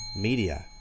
media